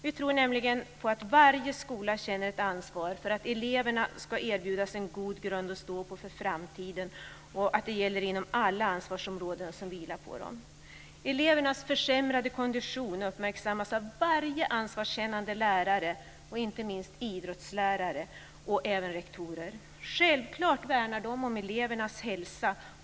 Vi tror nämligen på att varje skola känner ett ansvar för att eleverna ska erbjudas en god grund att stå på för framtiden och att det gäller inom alla ansvarsområden som vilar på dem. Elevernas försämrade kondition uppmärksammas av varje ansvarskännande lärare, inte minst idrottslärare, och även av rektorer. Självklart värnar de om elevernas hälsa.